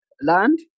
land